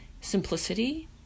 simplicity